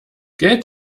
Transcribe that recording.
geld